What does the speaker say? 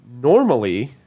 Normally